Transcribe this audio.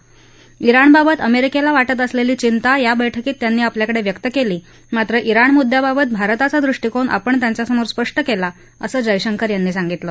जिण बाबत अमेरिकेला वात्रि असलेली चिंता या बर्क्कीत त्यांनी आपल्याकडे व्यक्त केली मात्र जिण मुद्दाबाबत भारताचा दृष्टिकोन आपण त्यांच्यासमोर स्पष्ट केला असं जयशंकर यांनी सांगितलं